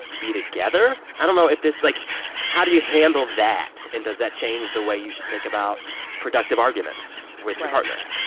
be together. i don't know if this, like how do you handle that? and does that change the way you should think about productive arguments with your partner?